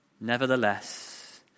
nevertheless